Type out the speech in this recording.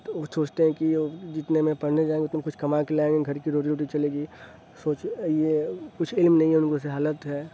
تو وہ سوچتے ہیں کہ وہ جتنے میں پڑھنے جائیں گے اتنے میں کچھ کما کے لائیں گے گھر کی روزی روٹی چلے گی سوچ یہ کچھ علم نہیں ہے ان کو جہالت ہے